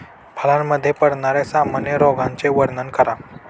फळांमध्ये पडणाऱ्या सामान्य रोगांचे वर्णन करा